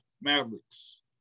Mavericks